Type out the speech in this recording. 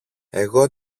εγώ